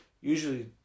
usually